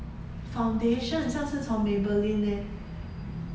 foundation 好像是从 maybelline eh